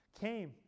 came